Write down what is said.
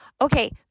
Okay